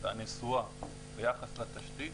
הנסועה ביחס לתשתית,